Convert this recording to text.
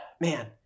man